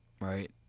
right